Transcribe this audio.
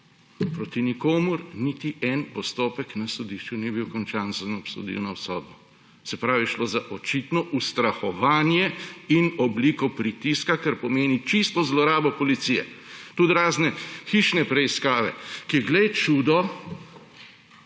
Proti nikomur niti en postopek na sodišču ni bil končan z eno obsodilno sodbo, se pravi, da je šlo za očitno ustrahovanje in obliko pritiska, kar pomeni čisto zlorabo policije. Tudi razne hišne preiskave, glej čudo,